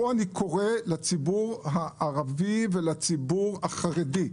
פה אני קורא לציבור הערבי ולציבור החרדי: